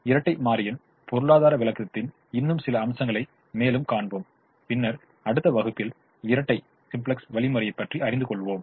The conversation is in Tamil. இரட்டை மாறியின் பொருளாதார விளக்கத்தின் இன்னும் சில அம்சங்களைக் மேலும் காண்போம் பின்னர் அடுத்த வகுப்பில் இரட்டை சிம்ப்ளக்ஸ் வழிமுறையை பற்றி அறிந்து கொள்வோம்